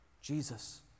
Jesus